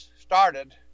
started